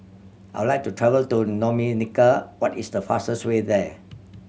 I'd like to travel to Dominica what is the fastest way there